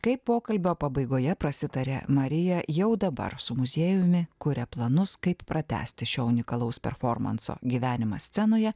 kaip pokalbio pabaigoje prasitarė marija jau dabar su muziejumi kuria planus kaip pratęsti šio unikalaus performanso gyvenimą scenoje